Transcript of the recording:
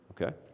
Okay